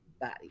body